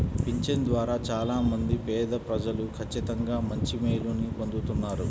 పింఛను ద్వారా చాలా మంది పేదప్రజలు ఖచ్చితంగా మంచి మేలుని పొందుతున్నారు